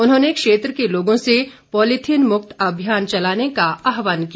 उन्होंने क्षेत्र के लोगों से पॉलीथीन मुक्त अभियान चलाने का आहवान किया